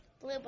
Blue